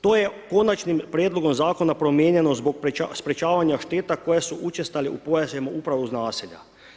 To je Konačnim prijedlogom zakona promijenjeno zbog sprečavanja šteta koje su učestalu u pojasevima upravo uz naselja.